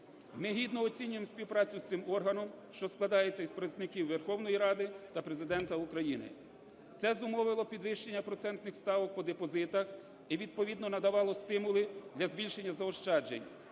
Ми гідно оцінюємо співпрацю з цим органом, що складається з представників Верховної Ради та Президента України. Це зумовило підвищення процентних ставок по депозитах і відповідно надавало стимули для збільшення заощаджень.